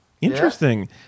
Interesting